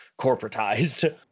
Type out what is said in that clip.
corporatized